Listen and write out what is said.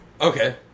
Okay